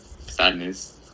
sadness